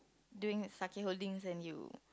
doing sakae Holdings and you